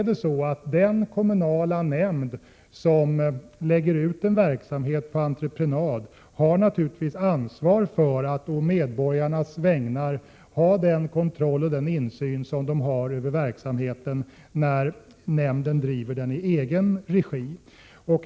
Den kommunala nämnd som lägger ut en verksamhet på entreprenad har naturligtvis ansvar för att å medborgarnas vägnar i princip ha samma kontroll och insyn över verksamheten som nämnden har när den bedriver verksamhet i egen regi.